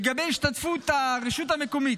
לגבי השתתפות הרשות המקומית,